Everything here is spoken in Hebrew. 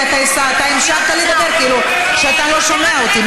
כי אתה המשכת לדבר כאילו שאתה לא שומע אותי.